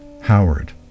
Howard